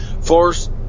force